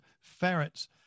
ferrets